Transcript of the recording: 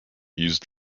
used